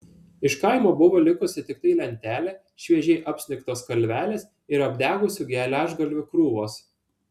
iš kaimo buvo likusi tiktai lentelė šviežiai apsnigtos kalvelės ir apdegusių geležgalių krūvos